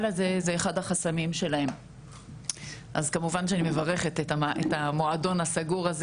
הזה זה אחד החסמים שלהם אז כמובן שאני מברכת את המועדון הסגור הזה